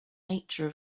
nature